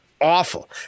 awful